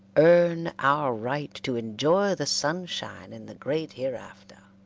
earn our right to enjoy the sunshine in the great hereafter.